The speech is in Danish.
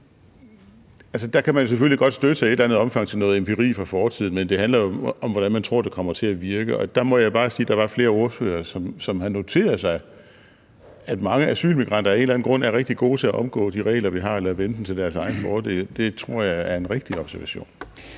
der kan man selvfølgelig godt i et eller andet omfang støtte sig til noget empiri fra fortiden, men det handler jo om, hvordan man tror det kommer til at virke. Og der må jeg bare sige, at der var flere ordførere, som havde noteret sig, at mange asylmigranter af en eller anden grund er rigtig gode til at omgå de regler, vi har, eller vende dem til deres egen fordel – det tror jeg er en rigtig observation.